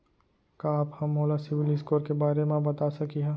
का आप हा मोला सिविल स्कोर के बारे मा बता सकिहा?